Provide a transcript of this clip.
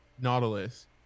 nautilus